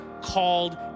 called